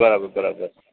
બરાબર બરાબર